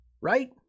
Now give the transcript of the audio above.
right